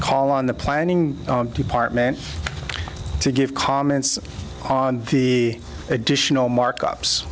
call on the planning department to give comments on the additional markups